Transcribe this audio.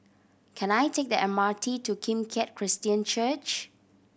can I take the M R T to Kim Keat Christian Church